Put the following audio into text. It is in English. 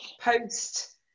post